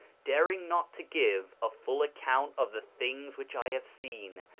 daring not to give a full account of the things which i have seen,